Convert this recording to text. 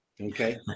okay